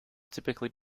typically